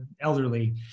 elderly